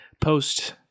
post